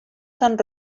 sant